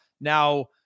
now